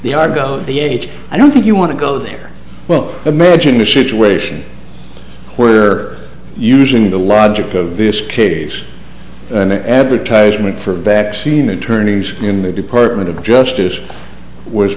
of the age i don't think you want to go there well imagine a situation where usually the logic of this case and the advertisement for vaccine attorneys in the department of justice was